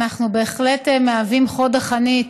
אנחנו בהחלט מהווים חוד בחנית